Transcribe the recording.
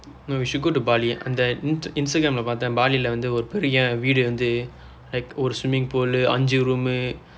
no you should go to bali அந்த:andtha inst~ instagram பார்த்தேன்:paarththeen bali வந்து ஒரு பெரிய வீடு வந்து:vandthu oru periya viidu vandthu like ஒரு:oru swimming pool அஞ்சு:anjsu room